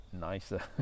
nicer